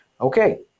Okay